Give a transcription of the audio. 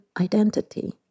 identity